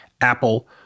Apple